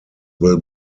will